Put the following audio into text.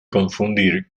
confundir